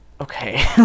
okay